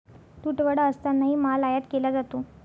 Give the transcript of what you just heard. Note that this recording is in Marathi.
तुटवडा असतानाही माल आयात केला जातो